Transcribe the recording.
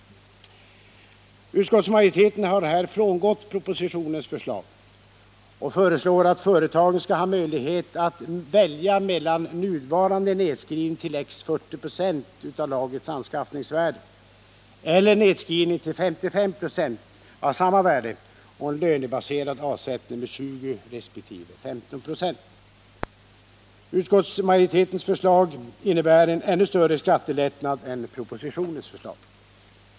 Utskottsmajoriteten har här frångått propositionens förslag och föreslår att företagen skall ha möjlighet att välja mellan nuvarande nedskrivning till lägst 40 96 av lagrets anskaffningsvärde och nedskrivning till 55 96 av samma värde och en lönebaserad avsättning med 20 resp. 15 96. Utskottsmajoritetens förslag innebär en ännu större skattelättnad än propositionens förslag.